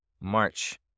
March